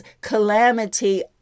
calamity